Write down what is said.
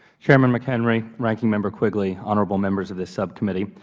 chairman mchenry, ranking member quigley, honorable members of the subcommittee.